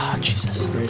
Jesus